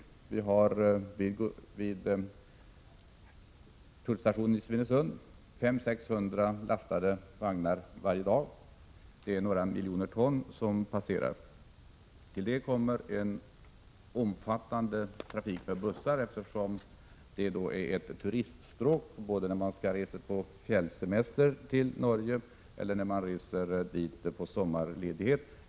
Tullstationen i Svinesund passeras dagligen av 500-600 lastade vagnar. Det innebär att några miljoner ton gods passerar denna tullstation. Därtill kommer en omfattande busstrafik, eftersom E 6 är ett turiststråk för de svenskar som skall resa på fjällsemester i Norge och de som reser dit på sommarledighet.